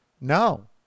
No